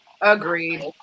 Agreed